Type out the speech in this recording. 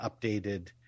updated